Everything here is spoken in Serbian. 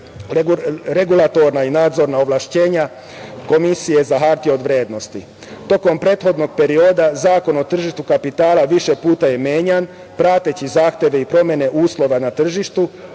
regulatorna i nadzorna ovlašćenja Komisije za hartije od vrednosti. Tokom prethodnog perioda Zakon o tržištu kapitala više puta je menjan, prateći zahteve i promene uslova na tržištu,